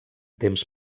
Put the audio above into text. temps